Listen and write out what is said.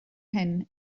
hyn